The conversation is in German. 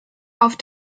auf